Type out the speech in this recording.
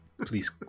Please